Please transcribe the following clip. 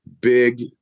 big